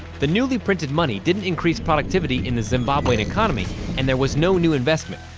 the newly-printed money didn't increase productivity in the zimbabwean economy and there was no new investment.